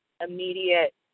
immediate